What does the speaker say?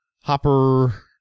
Hopper